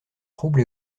trouble